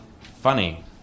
funny